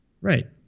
Right